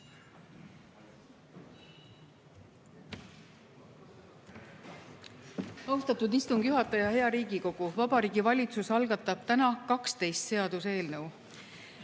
Austatud istungi juhataja! Hea Riigikogu! Vabariigi Valitsus algatab täna 12 seaduseelnõu.